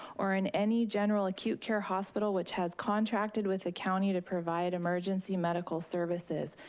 or in any general acute care hospital which has contracted with the county to provide emergency medical services.